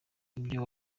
ibyo